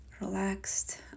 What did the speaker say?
relaxed